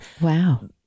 Wow